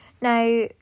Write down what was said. Now